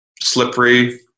slippery